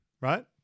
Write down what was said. right